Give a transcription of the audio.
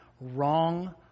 wrong